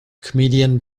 comedian